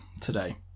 today